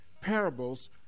parables